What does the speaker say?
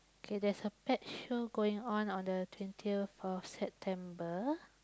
okay there's a pet show going on the twentieth of September